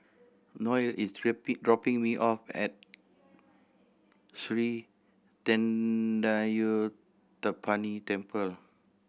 Noel is dropping me off at Sri Thendayuthapani Temple